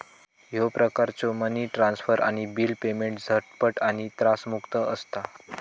ह्यो प्रकारचो money transfer आणि बिल पेमेंट झटपट आणि त्रासमुक्त असता